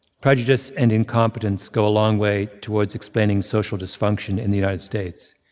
prejudice and incompetence go a long way towards expanding social dysfunction in the united states.